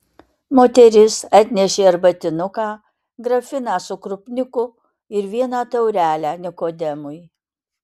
moteris atnešė arbatinuką grafiną su krupniku ir vieną taurelę nikodemui